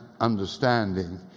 understanding